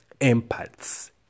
empaths